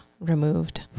removed